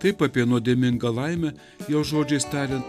taip apie nuodėmingą laimę jos žodžiais tariant